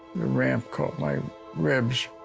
ramp caught my ribs.